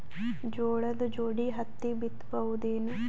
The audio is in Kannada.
ಜೋಳದ ಜೋಡಿ ಹತ್ತಿ ಬಿತ್ತ ಬಹುದೇನು?